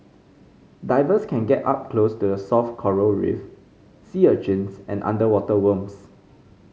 divers can get up close the soft coral reef sea urchins and underwater worms